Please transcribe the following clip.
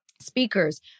Speakers